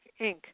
Inc